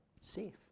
safe